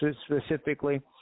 specifically